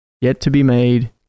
yet-to-be-made